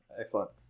Excellent